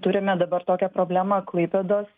turime dabar tokią problemą klaipėdos